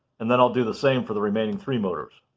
and then i'll do the same for the remaining three motors.